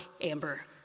Amber